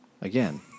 Again